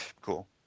Cool